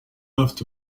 afite